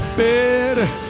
better